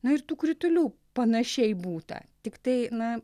na ir tų kritulių panašiai būta tiktai na